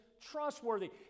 trustworthy